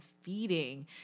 feeding